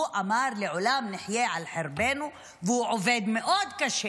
הוא אמר: לעולם נחיה על חרבנו, והוא עובד מאוד קשה